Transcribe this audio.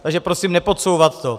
Takže prosím nepodsouvat to.